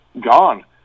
gone